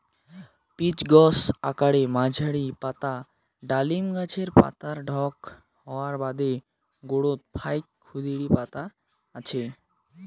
pitch গছ আকারে মাঝারী, পাতা ডালিম গছের পাতার ঢক হওয়ার বাদে গোরোত ফাইক ক্ষুদিরী পাতা আছে